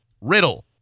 Riddle